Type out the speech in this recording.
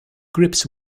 grips